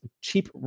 cheap